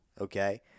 okay